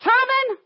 Truman